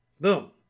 boom